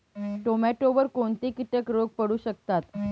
टोमॅटोवर कोणते किटक रोग पडू शकतात?